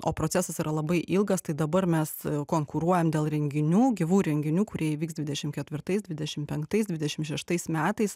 o procesas yra labai ilgas tai dabar mes konkuruojam dėl renginių gyvų renginių kurie įvyks dvidešimt ketvirtais dvidešimt penktais dvidešimt šeštais metais